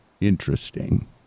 Interesting